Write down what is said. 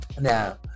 Now